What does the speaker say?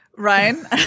Ryan